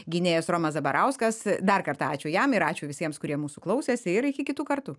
gynėjas romas zabarauskas dar kartą ačiū jam ir ačiū visiems kurie mūsų klausėsi ir iki kitų kartų